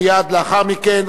מייד לאחר מכן,